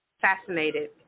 fascinated